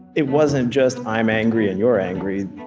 it wasn't just i'm angry, and you're angry.